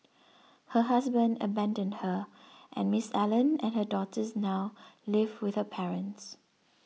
her husband abandoned her and Miss Allen and her daughters now live with her parents